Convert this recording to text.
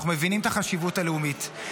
אנחנו מבינים את החשיבות הלאומית.